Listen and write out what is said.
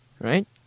right